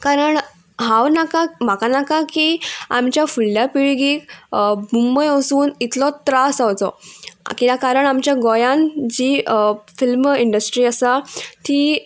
कारण हांव नाका म्हाका नाका की आमच्या फुडल्या पिळगीक मुंबय वचून इतलो त्रास जावचो किद्या कारण आमच्या गोंयान जी फिल्म इंडस्ट्री आसा ती